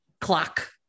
clock